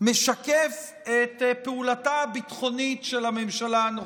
משקף את פעולתה הביטחונית של הממשלה הנוכחית.